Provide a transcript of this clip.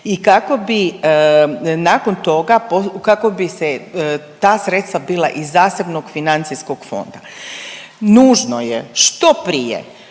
i kako bi nakon toga, kako bi se ta sredstva bila iz zasebnog financijskog fonda, nužno je što prije